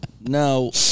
no